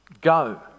go